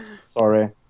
Sorry